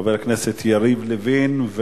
חבר הכנסת יריב לוין,